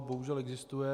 Bohužel existuje.